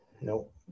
Nope